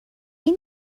این